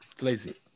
lazy